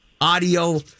audio